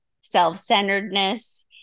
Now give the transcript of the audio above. self-centeredness